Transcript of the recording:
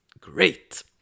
Great